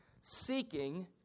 seeking